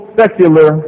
secular